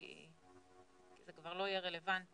כי זה כבר לא יהיה רלוונטי.